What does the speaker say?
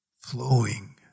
flowing